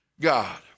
God